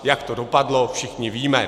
Jak to dopadlo, všichni víme.